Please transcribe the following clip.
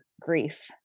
grief